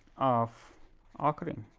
of occurring.